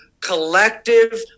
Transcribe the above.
collective